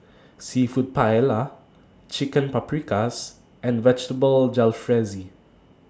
Seafood Paella Chicken Paprikas and Vegetable Jalfrezi